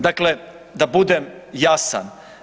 Dakle, da budem jasan.